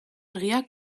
argia